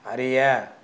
அறிய